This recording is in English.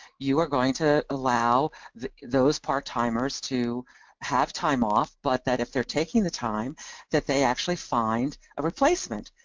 you are going to allow those part timers to have time off, but that if they're taking the time that they actually find a replacement.